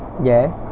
ya